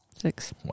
Six